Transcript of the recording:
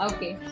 Okay